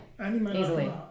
easily